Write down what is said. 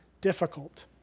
difficult